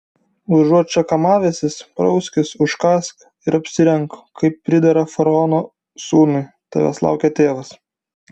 užuot čia kamavęsis prauskis užkąsk ir apsirenk kaip pridera faraono sūnui tavęs laukia tėvas